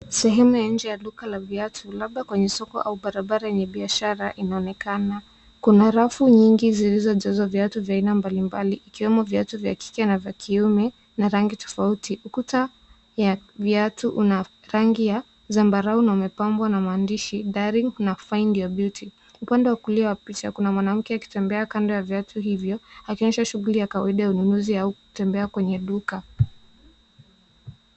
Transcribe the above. Sehemu ya nje ya duka la viatu labda kwenye soko au barabara yenye biashara inaonekana. Kuna rafu nyingi zilizojazwa viatu vya aina mbalimbali ikiwemo viatu vya kike na vya kiume na rangi tofauti. Ukuta ya viatu una rangi ya zambarau na umepambwa na maandishi darling na find your beauty . Upande wa kulia wa picha kuna mwanamke akitembea kando ya viatu hivyo akionyesha shughuli ya kawaida ya ununuzi au kutembea kwenye duka.